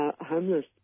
homeless